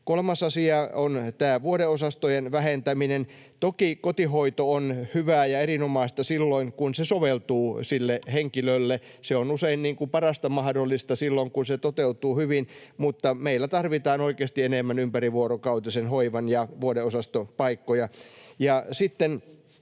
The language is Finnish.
Kolmas asia on vuodeosastojen vähentäminen: toki kotihoito on hyvää ja erinomaista silloin kun se soveltuu sille henkilölle, ja se on usein niin kuin parasta mahdollista silloin kun se toteutuu hyvin, mutta meillä tarvitaan oikeasti enemmän ympärivuorokautisen hoivan paikkoja ja vuodeosastopaikkoja.